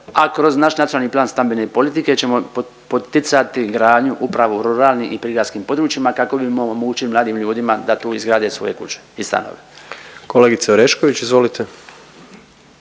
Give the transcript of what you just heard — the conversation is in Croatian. a kroz naš Nacionalni plan stambene politike ćemo poticati gradnju upravo u ruralnim i prigradskim područjima kako bi omogućili mladim ljudima da tu izgrade svoje kuće i stanove.